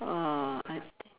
oh I think